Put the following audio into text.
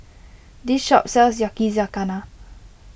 this shop sells Yakizakana